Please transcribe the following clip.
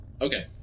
Okay